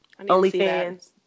OnlyFans